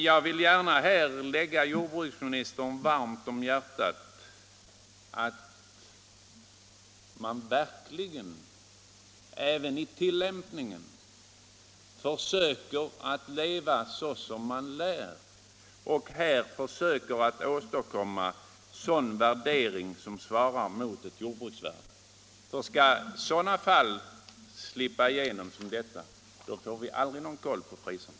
Jag vill gärna lägga jordbruksministern varmt om hjärtat att man även vid tillämpningen bör leva som man lär och här försöka åstadkomma en sådan värdering som svarar mot ett jordbruksvärde. Skall sådana fall som detta slippa igenom får vi aldrig någon kontroll över priserna.